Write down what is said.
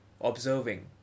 observing